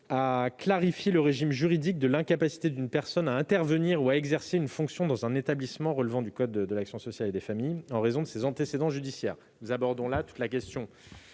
à clarifier le régime juridique de l'incapacité d'une personne à intervenir ou à exercer une fonction dans un établissement relevant du code de l'action sociale et des familles en raison de ses antécédents judiciaires. Nous abordons ici la question